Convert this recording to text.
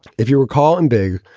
if you recall in big,